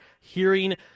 hearing